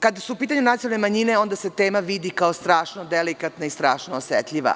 Kad su u pitanju nacionalne manjine, onda se tema vidi kao strašno delikatna i strašno osetljiva.